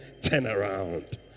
turnaround